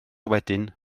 wedyn